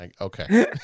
Okay